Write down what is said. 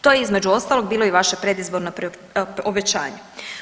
To je između ostalog bilo i vaše predizborno obećanje.